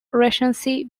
regency